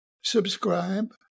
subscribe